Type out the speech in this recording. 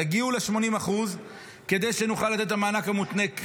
תגיעו ל-80% כדי שנוכל לתת את המענק המותנה.